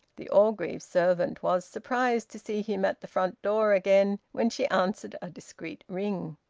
the orgreave servant was surprised to see him at the front door again when she answered a discreet ring.